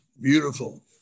beautiful